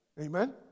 Amen